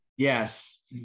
Yes